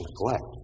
neglect